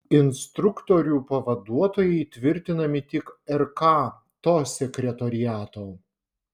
instruktorių pavaduotojai tvirtinami tik rk to sekretoriato